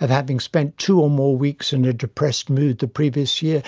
of having spent two or more weeks in ah depressed mood the previous year,